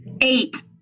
Eight